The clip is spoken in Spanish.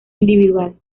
individual